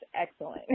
excellent